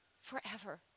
Forever